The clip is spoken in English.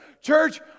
Church